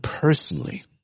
personally